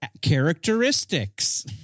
characteristics